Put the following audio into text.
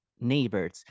neighbors